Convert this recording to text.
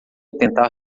tentar